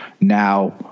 now